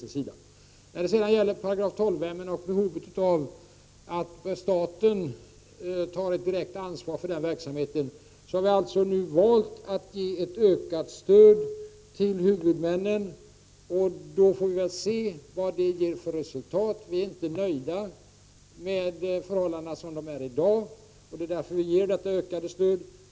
När det gäller § 12-hemmen och behovet av att staten tar ett direkt ansvar för den verksamheten, har vi alltså nu valt att ge ett ökat stöd till huvudmännen, och vi får se vad det ger för resultat. Vi är inte nöjda med förhållandena som de är i dag, och det är därför som vi ger detta stöd.